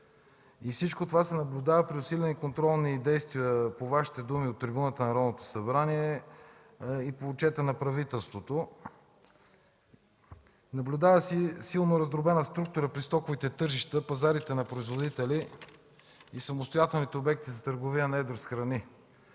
и всичко това се наблюдава при усилени контролни действия по Вашите думи от трибуната на Народното събрание и по отчета на правителството. Наблюдава се силно раздробена структура при стоковите тържища, пазарите на производители и самостоятелните обекти за търговия на едро с храни.